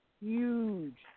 huge